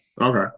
Okay